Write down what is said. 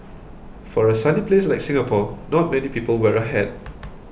for a sunny place like Singapore not many people wear a hat